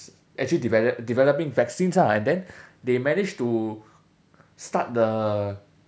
actually develop developing vaccines ah and then they managed to start the